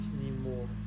anymore